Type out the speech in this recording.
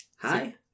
Hi